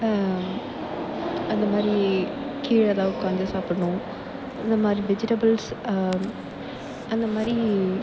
அது மாதிரி கீழே தான் உக்கார்ந்து சாப்பிடணும் இந்த மாதிரி வெஜிடபுள்ஸ் அந்த மாதிரி